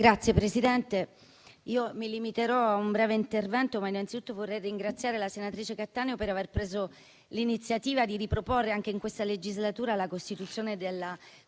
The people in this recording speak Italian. Signor Presidente, mi limiterò a fare un breve intervento, ma vorrei innanzitutto ringraziare la senatrice Cattaneo per aver preso l'iniziativa di riproporre anche in questa legislatura la costituzione della Commissione